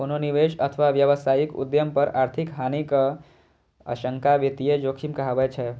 कोनो निवेश अथवा व्यावसायिक उद्यम पर आर्थिक हानिक आशंका वित्तीय जोखिम कहाबै छै